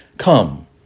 Come